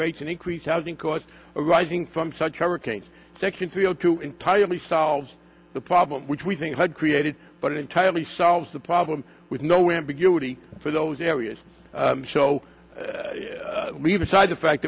rates and increase housing costs arising from such hurricanes section three o two entirely solves the problem which we think had created but entirely solve the problem with no ambiguity for those areas show leave aside the fact